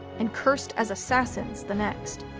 and cursed as assassins the next.